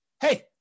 hey